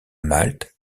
malte